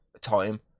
time